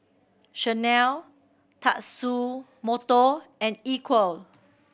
Chanel Tatsumoto and Equal